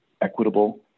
equitable